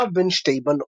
הבכורה בין שתי בנות.